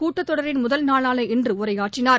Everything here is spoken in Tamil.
கூட்டத்தொடரின் முதல் நாளான இன்றுஉரையாற்றினார்